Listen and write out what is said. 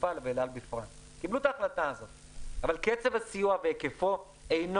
התעופה ולאל-על בפרט אבל קצב הסיוע והיקפו אינו